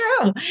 true